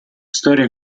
storia